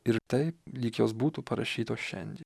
ir taip lyg jos būtų parašytos šiandien